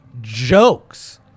jokes